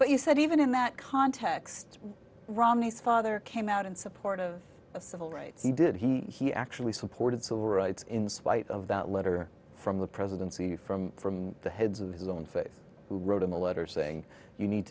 but you said even in that context romney's father came out in support of a civil rights he did he actually supported civil rights in spite of that letter from the presidency from from the heads of his own face who wrote him a letter saying you need